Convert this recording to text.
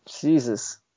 Jesus